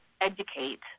educate